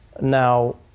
Now